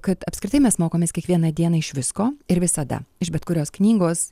kad apskritai mes mokomės kiekvieną dieną iš visko ir visada iš bet kurios knygos